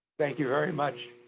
thank you very much,